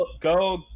go